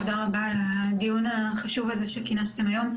תודה רבה על הדיון החשוב הזה שכינסתם היום,